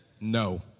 no